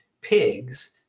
pigs